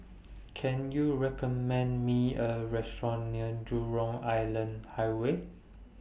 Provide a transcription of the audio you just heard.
Can YOU recommend Me A Restaurant near Jurong Island Highway